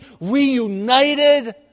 reunited